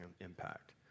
impact